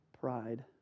pride